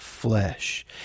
flesh